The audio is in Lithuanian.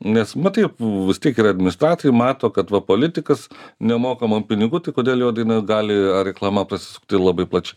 nes matai vis tiek yra administratoriai mato kad va politikas nemoka man pinigų tai kodėl jo daina gali ar reklama pasisukt ir labai plačiai